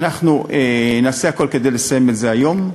אנחנו נעשה הכול כדי לסיים את זה היום,